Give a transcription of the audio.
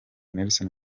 nelson